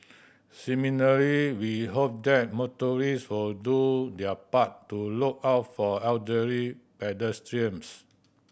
similarly we hope that motorists will do their part to look out for elderly pedestrians